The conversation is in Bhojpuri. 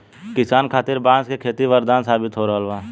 किसान खातिर बांस के खेती वरदान साबित हो रहल बा